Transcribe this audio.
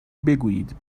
بگویید